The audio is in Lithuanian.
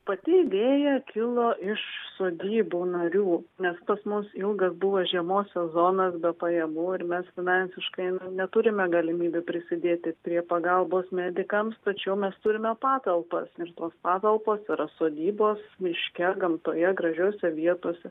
pati idėja kilo iš sodybų narių nes pas mus ilgas buvo žiemos sezonas be pajamų ir mes finansiškai na neturime galimybių prisidėti prie pagalbos medikams tačiau mes turime patalpas ir tos patalpos yra sodybos miške gamtoje gražiose vietose